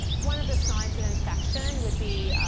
one of the signs of infection would be,